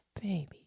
baby